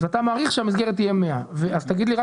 אתה מעריך שהמסגרת תהיה 100. תגיד לי רק